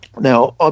Now